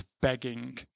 begging